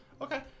Okay